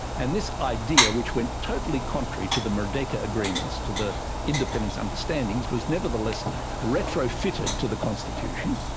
and this idea, which went totally contrary to the merdeka agreements, to the independence understandings, was nevertheless retrofitted to the constitution.